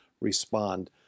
respond